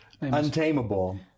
untamable